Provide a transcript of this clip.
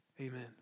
Amen